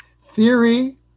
Theory